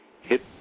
hit